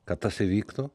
kad tas įvyktų